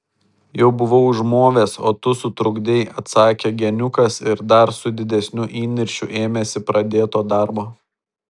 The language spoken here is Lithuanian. jau buvau užmovęs o tu sutrukdei atsakė geniukas ir dar su didesniu įniršiu ėmėsi pradėto darbo